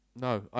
No